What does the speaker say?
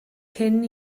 cyn